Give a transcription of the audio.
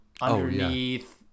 underneath